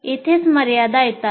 येथेच मर्यादा येतात